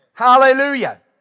Hallelujah